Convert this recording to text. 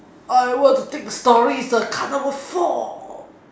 I were to pick the stories but the top was sore